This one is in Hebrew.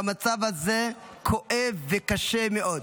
והמצב הזה כואב וקשה מאוד.